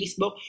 Facebook